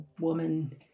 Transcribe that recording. woman